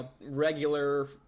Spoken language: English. regular